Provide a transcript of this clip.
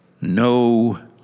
no